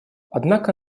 однако